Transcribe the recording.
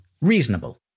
reasonable